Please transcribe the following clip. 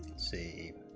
see